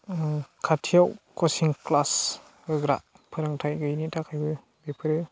ओ खाथियाव कसिं क्लास होग्रा फोरोंथाइ गैयिनि थाखायबो बेफोरो